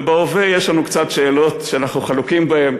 ובהווה יש לנו קצת שאלות שאנחנו חלוקים בהן,